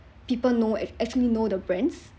people know ac~ actually know the brands